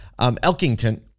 Elkington